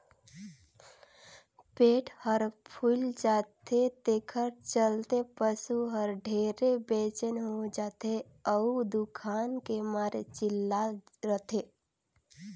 पेट हर फूइल जाथे तेखर चलते पसू हर ढेरे बेचइन हो जाथे अउ दुखान के मारे चिल्लात रथे